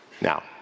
Now